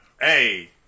Hey